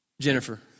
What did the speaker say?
Jennifer